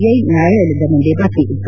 I ನ್ನಾಯಾಲಯದ ಮುಂದೆ ಬಾಕಿ ಇತ್ತು